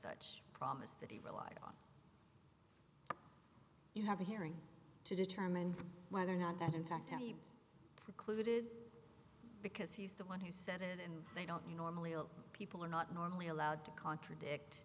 such promise that he relied on you have a hearing to determine whether or not that in fact he occluded because he's the one who said it and they don't you normally people are not normally allowed to contradict